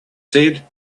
said